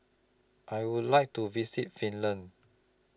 I Would like to visit Finland